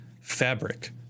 fabric